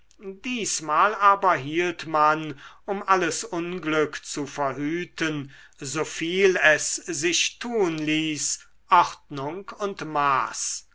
diesmal aber hielt man um alles unglück zu verhüten so viel es sich tun ließ ordnung und maß